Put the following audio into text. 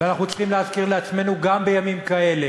ואנחנו צריכים להזכיר לעצמנו גם בימים כאלה